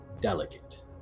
delicate